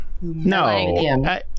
No